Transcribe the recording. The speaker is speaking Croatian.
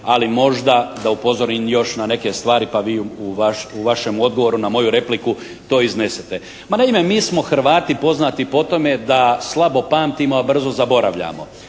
Ali možda da upozorim još na neke stvari pa vi u vašem odboru na moju repliku to iznesite. Ma naime mi smo Hrvati poznati po tome da slabo pamtimo, a brzo zaboravljamo.